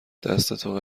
دستتو